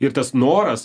ir tas noras